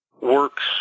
works